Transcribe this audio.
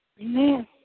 amen